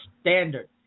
standard